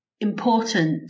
important